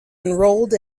enrolled